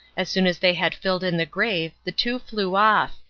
as soon as they had filled in the grave the two flew off,